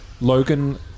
Logan